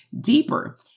deeper